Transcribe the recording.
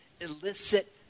illicit